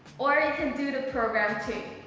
or you can do the program too.